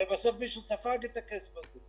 הרי בסוף מישהו ספג את הכסף הזה.